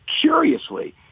curiously